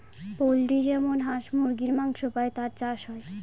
poultry যেমন হাঁস মুরগীর মাংস পাই তার চাষ হয়